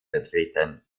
vertreten